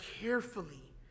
carefully